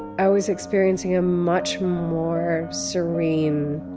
i was experiencing a much more serene